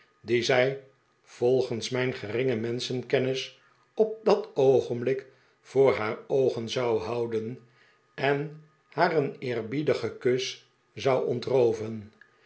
dien zij volgens mijn geringe menschenkennis op dat oogenblik voor haar oogen zou houden en haar een eerbiedigen kus zou ontrooven